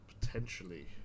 potentially